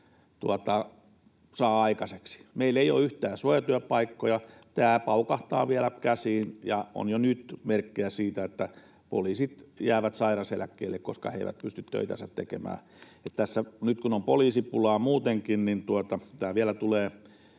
saa aikaiseksi? Meillä ei ole yhtään suojatyöpaikkoja. Tämä paukahtaa vielä käsiin, ja on jo nyt merkkejä siitä, että poliisit jäävät sairaseläkkeelle, koska he eivät pysty töitänsä tekemään. Kun nyt on poliisipulaa muutenkin, niin tämä vielä tulee